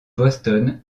boston